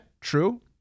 true